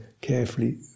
carefully